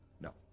No